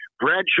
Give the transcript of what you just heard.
Bradshaw